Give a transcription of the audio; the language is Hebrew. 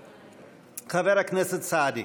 חבר הכנסת סעדי.